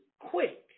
quick